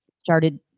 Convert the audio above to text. started